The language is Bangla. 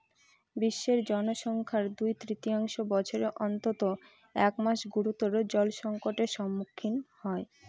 বিশ্বের জনসংখ্যার দুই তৃতীয়াংশ বছরের অন্তত এক মাস গুরুতর জলসংকটের সম্মুখীন হয়